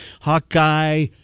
Hawkeye